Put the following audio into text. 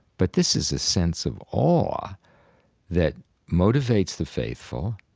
but this is a sense of awe awe that motivates the faithful,